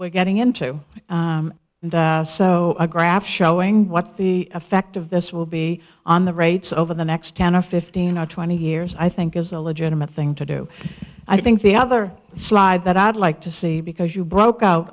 we're getting into and so a graph showing what's the effect of this will be on the rates over the next ten or fifteen or twenty years i think is a legitimate thing to do i think the other slide that i'd like to see because you broke out